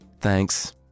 thanks